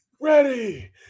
Ready